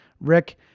Rick